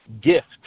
gift